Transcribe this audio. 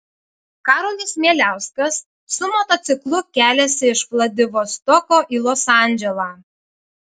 karolis mieliauskas su motociklu keliasi iš vladivostoko į los andželą